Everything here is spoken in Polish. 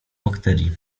bakterii